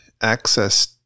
access